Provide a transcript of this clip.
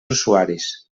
usuaris